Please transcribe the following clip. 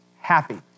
happy